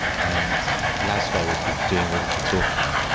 and laszlo would be doing all the talking,